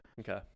okay